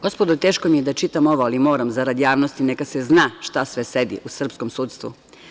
Gospodo, teško mi je da čitam ovo, ali moram, zarad javnosti, neka se zna šta sve sedi u srpskom sudstvu.